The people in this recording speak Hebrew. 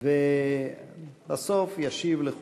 נמצאים אתנו חברי כנסת וחברות כנסת פעילים,